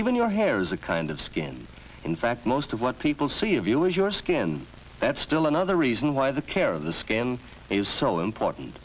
even your hair is a kind of skin in fact most of what people see of you is your skin that's bill another reason why the care of the skin is so important